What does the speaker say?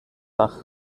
dach